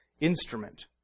instrument